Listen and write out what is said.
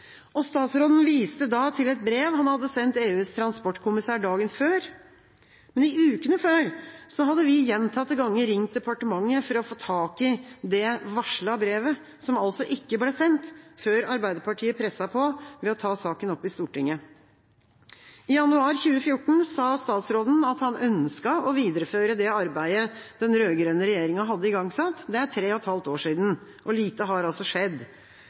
Statsråden viste da til et brev han hadde sendt EUs transportkommisær dagen før. I ukene før hadde vi gjentatte ganger ringt departementet for å få tak i det varslede brevet, som altså ikke ble sendt før Arbeiderpartiet presset på ved å ta saken opp i Stortinget. I januar 2014 sa statsråden at han ønsket å videreføre det arbeidet den rød-grønne regjeringa hadde igangsatt. Det er tre og et halvt år siden. Lite har skjedd.